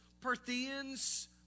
Parthians